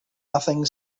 nothing